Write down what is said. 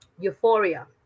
Euphoria